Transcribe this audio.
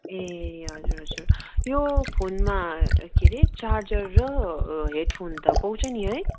ए हजुर हजुर यो फोनमा के हेरे चार्जर र हेडफोन त पाउँछ नि है